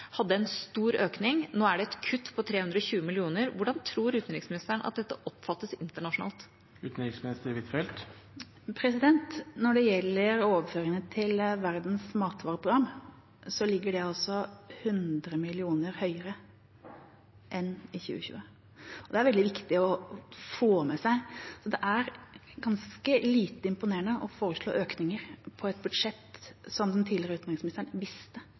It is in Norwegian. hadde en stor økning. Nå er det et kutt på 320 mill. kr. Hvordan tror utenriksministeren at dette oppfattes internasjonalt? Når det gjelder overføringen til Verdens matvareprogram, ligger den 100 mill. kr høyere enn i 2020. Det er veldig viktig å få med seg. Det er ganske lite imponerende å foreslå økninger i et budsjett som den tidligere utenriksministeren visste